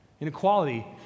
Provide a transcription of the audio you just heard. inequality